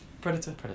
Predator